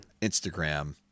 Instagram